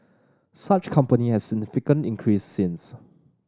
such company has significantly increase since